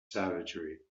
savagery